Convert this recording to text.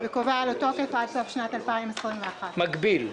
וקובע לו תוקף עד סוף שנת 2021. מקביל.